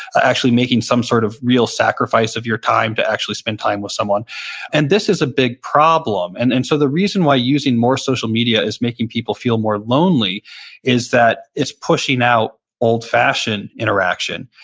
actually making some sort of real sacrifice of your time to actually spend time with someone and this is a big problem. and and so the reason why using more social media is making people feel more lonely is that it's pushing out old-fashioned interaction.